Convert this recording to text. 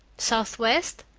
southwest?